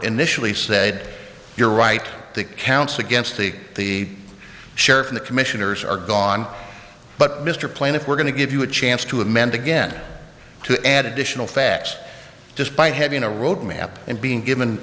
initially said you're right that counts against the sheriff the commissioners are gone but mr plaintiff we're going to give you a chance to amend again to add additional facts just by having a road map and being given